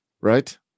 right